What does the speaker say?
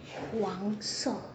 wang song